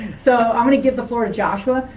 so i'm going to give the floor to joshua.